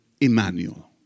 Emmanuel